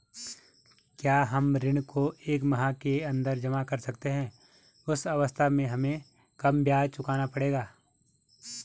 क्या हम ऋण को एक माह के अन्दर जमा कर सकते हैं उस अवस्था में हमें कम ब्याज चुकाना पड़ेगा?